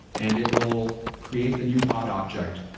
and it will create the new pod object.